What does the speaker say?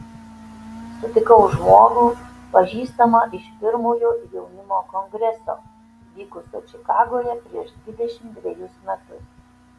sutikau žmogų pažįstamą iš pirmojo jaunimo kongreso vykusio čikagoje prieš dvidešimt dvejus metus